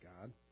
God